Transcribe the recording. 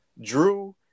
Drew